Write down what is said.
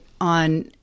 on